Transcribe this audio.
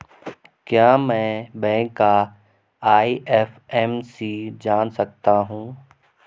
क्या मैं बैंक का आई.एफ.एम.सी जान सकता हूँ?